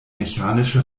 mechanische